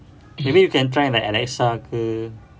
maybe you can try like alexa ke